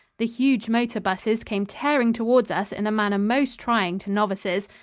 the huge motor busses came tearing towards us in a manner most trying to novices,